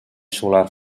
solar